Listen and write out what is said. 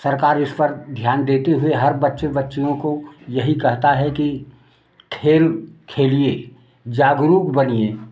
सरकार इस पर ध्यान देते हुए हर बच्चे बच्चियों को यही कहता है कि खेल खेलिए जागरुक बनिए